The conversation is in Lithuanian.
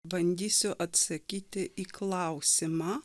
bandysiu atsakyti į klausimą